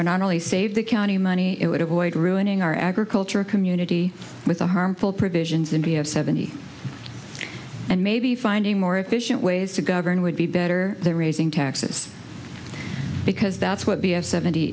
were not only save the county money it would avoid ruining our agriculture community with a harmful provisions in view of seventy and maybe finding more efficient ways to govern would be better than raising taxes because that's what b of seventy